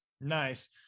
Nice